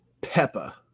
Peppa